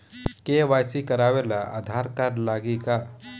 KYC करावे ला Aadhaar card लागी का?